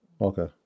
Okay